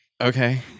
okay